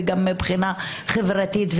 גם מבחינה חברתית,